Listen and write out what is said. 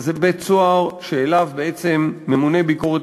זה בית-סוהר שאליו בעצם ממונה ביקורת